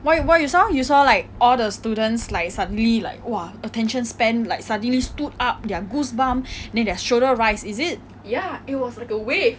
what what you saw you saw like all the students like suddenly like !wah! attention span like suddenly stood up their goosebumps then their shoulders rise is it